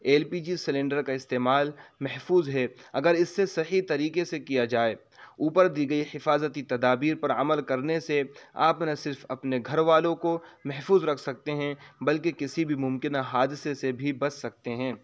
L P G cylinder کا استعمال محفوظ ہے اگر اس سے صحیح طریقے سے کیا جائے اوپر دی گئی حفاظتی تدابیر پر عمل کرنے سے آپ نہ صرف اپنے گھر والوں کو محفوظ رکھ سکتے ہیں بلکہ کسی بھی ممکنہ حادثے سے بھی بچ سکتے ہیں